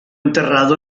enterrado